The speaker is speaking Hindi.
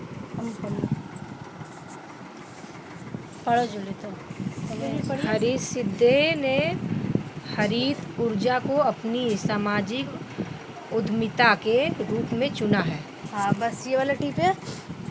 हरीश शिंदे ने हरित ऊर्जा को अपनी सामाजिक उद्यमिता के रूप में चुना है